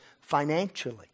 financially